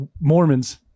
Mormons